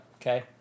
okay